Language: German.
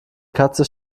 katze